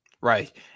right